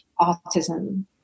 autism